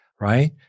right